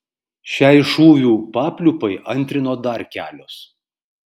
šiai šūvių papliūpai antrino dar kelios